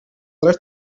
dret